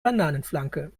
bananenflanke